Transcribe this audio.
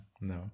No